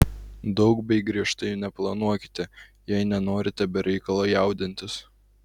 daug bei griežtai neplanuokite jei nenorite be reikalo jaudintis